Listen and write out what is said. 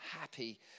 happy